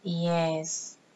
yes